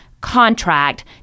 contract